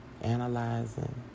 analyzing